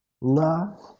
love